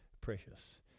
precious